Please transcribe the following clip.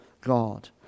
God